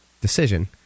decision